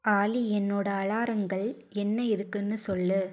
ஆலி என்னோட அலாரங்கள் என்ன இருக்குன்னு சொல்